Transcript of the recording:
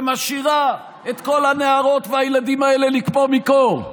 ומשאירה את כל הנערות והילדים האלה לקפוא מקור,